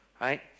right